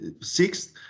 Sixth